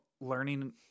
learning